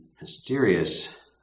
mysterious